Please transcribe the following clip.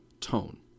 tone